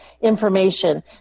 information